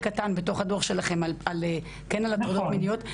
קטן בתוך הדוח שלכם על הטרדות מיניות.